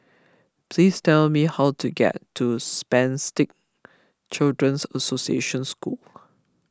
please tell me how to get to Spastic Children's Association School